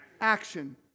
Action